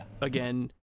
again